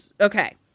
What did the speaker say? okay